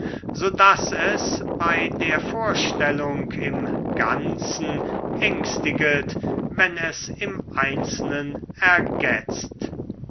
so daß es bei der vorstellung im ganzen ängstiget wenn es im einzelnen ergetzt